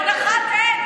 זה הדחת עד.